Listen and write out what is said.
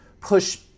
push